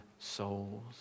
Souls